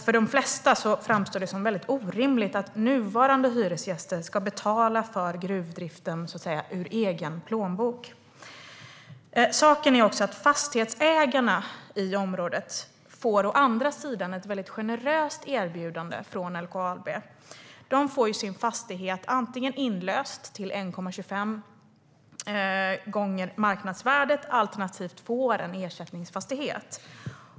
För de flesta framstår det som orimligt att nuvarande hyresgäster ska betala för gruvdriften ur egen plånbok. Saken är också den att fastighetsägarna i området å sin sida får ett väldigt generöst erbjudande från LKAB. Antingen får de sin fastighet inlöst till 1,25 gånger marknadsvärdet eller också får de en ersättningsfastighet.